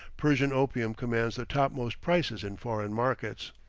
persian opium commands the topmost prices in foreign markets.